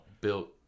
built